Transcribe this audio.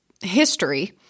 history